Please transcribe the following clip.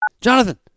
Jonathan